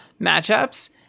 matchups